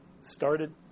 started